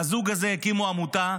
והזוג הזה הקימו עמותה,